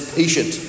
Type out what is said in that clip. patient